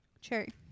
cherry